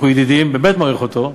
אנחנו ידידים, באמת מעריך אותו,